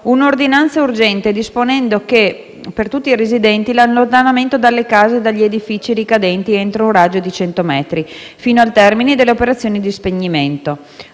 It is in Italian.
un'ordinanza urgente disponendo, per tutti i residenti, l'allontanamento dalle case e dagli edifici ricadenti entro un raggio di 100 metri fino al termine delle operazioni di spegnimento.